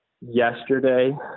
yesterday